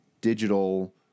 Digital